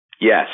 Yes